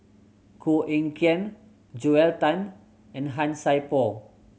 Koh Eng Kian Joel Tan and Han Sai Por